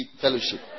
Fellowship